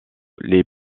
les